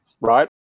right